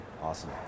Awesome